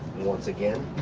once again,